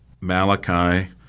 Malachi